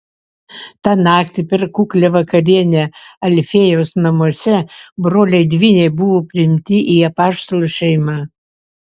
tą naktį per kuklią vakarienę alfiejaus namuose broliai dvyniai buvo priimti į apaštalų šeimą